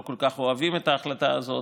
לא כל כך אוהבים את ההחלטה הזאת,